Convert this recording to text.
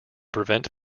prevent